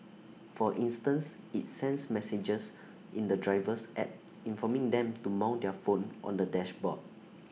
for instance IT sends messages in the driver's app informing them to mount their phone on the dashboard